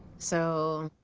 so,